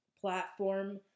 platform